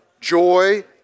joy